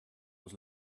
was